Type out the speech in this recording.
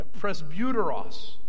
presbyteros